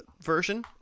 version